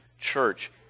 church